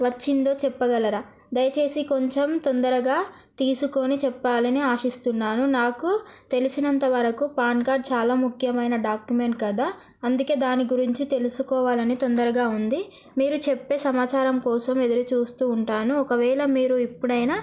వచ్చిందో చెప్పగలరా దయచేసి కొంచెం తొందరగా తీసుకొని చెప్పాలని ఆశిస్తున్నాను నాకు తెలిసినంతవరకు పాన్ కార్డ్ చాలా ముఖ్యమైన డాక్యుమెంట్ కదా అందుకే దాని గురించి తెలుసుకోవాలని తొందరగా ఉంది మీరు చెప్పే సమాచారం కోసం ఎదురు చూస్తూ ఉంటాను ఒకవేళ మీరు ఎప్పుడైనా